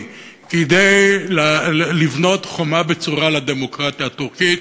כדי לבנות חומה בצורה לדמוקרטיה הטורקית.